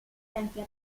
francia